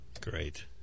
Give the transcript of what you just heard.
Great